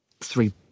three